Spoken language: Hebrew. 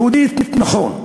יהודית, נכון,